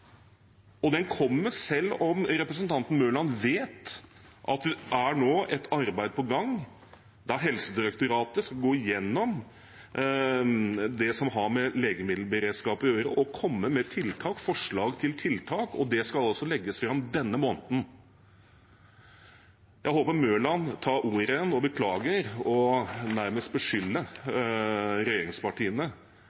og den kommer selv om representanten Mørland vet at det nå er et arbeid på gang der Helsedirektoratet skal gå igjennom det som har med legemiddelberedskap å gjøre, og komme med forslag til tiltak. Det skal altså legges fram denne måneden. Jeg håper Mørland tar ordet igjen og beklager at han nærmest